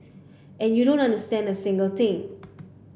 and you don't understand a single thing